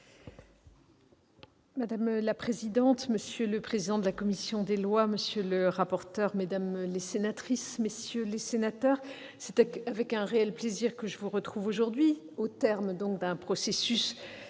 Madame la présidente, monsieur le président de la commission des lois, monsieur le rapporteur, mesdames, messieurs les sénateurs, c'est avec un réel plaisir que je vous retrouve aujourd'hui au terme du processus